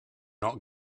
not